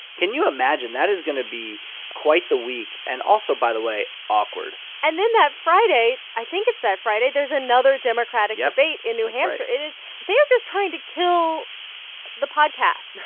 can you imagine? that is going to be quite the week and also, by the way, awkward and then that friday i think it's that friday there's another democratic debate in new hampshire. it is they are just trying to kill the podcast.